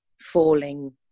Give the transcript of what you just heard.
falling